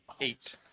Eight